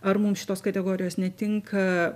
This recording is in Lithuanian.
ar mums šitos kategorijos netinka